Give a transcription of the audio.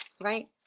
right